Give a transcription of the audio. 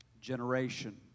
generation